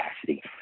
capacity